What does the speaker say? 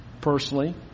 personally